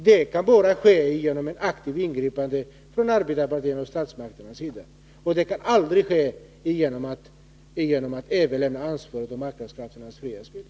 Detta kan bara ske genom ett aktivt ingripande från arbetarpartiernas och statsmakternas sida — aldrig genom att man överlämnar ansvaret åt marknadskrafternas fria spel.